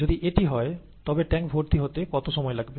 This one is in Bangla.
যদি এটি হয় তবে ট্যাংক ভর্তি হতে কত সময় লাগবে